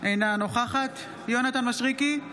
אינה נוכחת יונתן מישרקי,